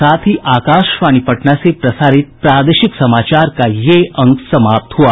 इसके साथ ही आकाशवाणी पटना से प्रसारित प्रादेशिक समाचार का ये अंक समाप्त हुआ